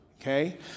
Okay